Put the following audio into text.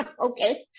Okay